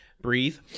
breathe